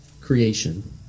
creation